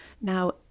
now